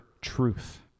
truth